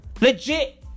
Legit